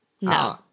no